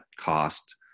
cost